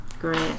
Great